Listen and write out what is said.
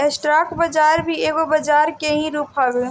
stock बाजार भी एगो बजरा के ही रूप हवे